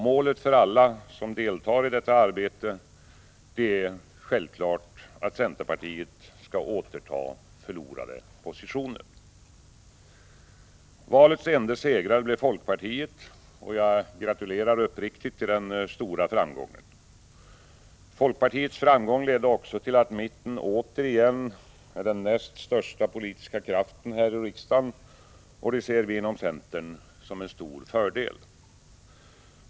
Målet för alla som deltar i detta är att centerpartiet skall återta förlorade positioner. Valets ende segrare blev folkpartiet, och jag gratulerar uppriktigt till den stora framgången. Folkpartiets framgång ledde också till att mitten återigen är den näst största politiska kraften här i riksdagen, och det ser vi inom centern som en stor fördel.